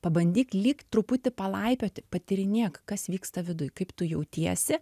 pabandyk lyg truputį palaipioti patyrinėk kas vyksta viduj kaip tu jautiesi